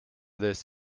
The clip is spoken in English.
this